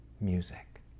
music